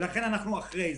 ולכן אנחנו אחרי זה.